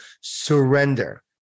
surrender